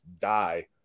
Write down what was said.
die